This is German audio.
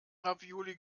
ravioli